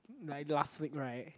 like last week right